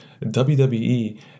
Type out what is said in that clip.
WWE